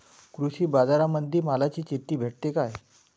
कृषीबाजारामंदी मालाची चिट्ठी भेटते काय?